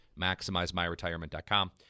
MaximizeMyRetirement.com